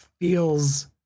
feels